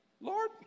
Lord